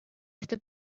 este